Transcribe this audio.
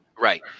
right